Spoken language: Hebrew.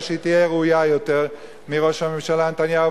שתהיה ראויה יותר מראש הממשלה נתניהו?